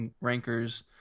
rankers